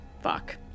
Fuck